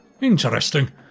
interesting